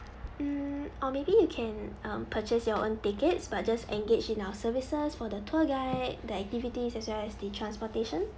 mm or maybe you can um purchase your own tickets but just engage in our services for the tour guide the activities as well as the transportation